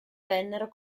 vennero